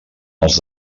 els